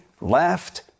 left